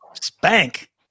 Spank